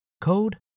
code